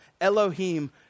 Elohim